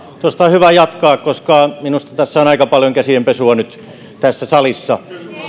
tuosta on hyvä jatkaa koska minusta on aika paljon käsienpesua nyt tässä salissa